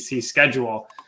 schedule